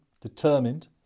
determined